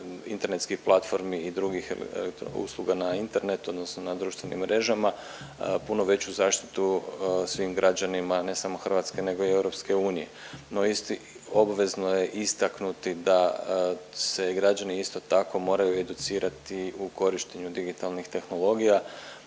internetskih platformi i drugih .../nerazumljivo/... usluga na internetu odnosno na društvenim mrežama, puno veću zaštitu svim građanima, ne samo Hrvatske, nego i EU, no obvezno je istaknuti da se građani isto tako moraju i educirati u korištenju digitalnih tehnologija